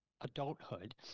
adulthood